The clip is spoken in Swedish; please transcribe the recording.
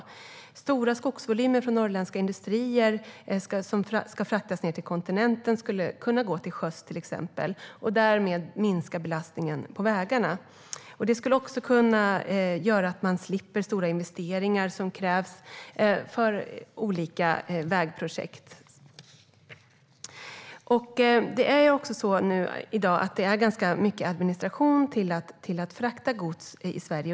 Till exempel stora skogsvolymer från norrländska industrier som ska fraktas ned till kontinenten skulle kunna gå till sjöss och därmed minska belastningen på vägarna. Det skulle också kunna göra att man slipper stora investeringar som krävs för olika vägprojekt. I dag krävs det ganska mycket administration för att frakta gods i Sverige.